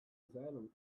asylum